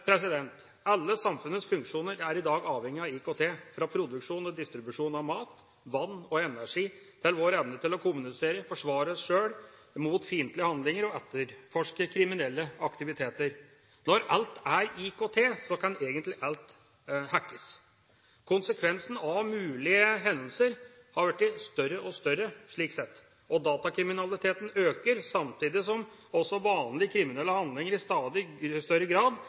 Alle samfunnets funksjoner er i dag avhengige av IKT, fra produksjon og distribusjon av mat, vann og energi til vår evne til å kommunisere, forsvare oss sjøl mot fiendtlige handlinger og etterforske kriminelle aktiviteter. Når alt er IKT, kan egentlig alt hackes. Konsekvensen av mulige hendelser har blitt større og større slik sett, og datakriminaliteten øker, samtidig som også vanlige kriminelle handlinger i stadig større grad